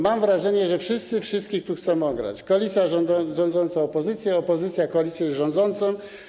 Mam wrażenie, że wszyscy wszystkich tu chcą ograć, koalicja rządząca opozycję, opozycja koalicję rządzącą.